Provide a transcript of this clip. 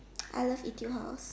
I love Etude-House